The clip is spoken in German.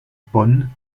bonn